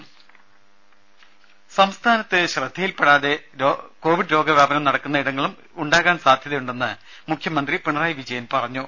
രേര സംസ്ഥാനത്ത് ശ്രദ്ധയിൽപെടാതെ കോവിഡ് രോഗവ്യാപനം നടക്കുന്ന ഇടങ്ങളും ഉണ്ടാകാൻ സാധ്യതയുണ്ടെന്ന് മുഖ്യമന്ത്രി പിണറായി വിജയൻ പറഞ്ഞു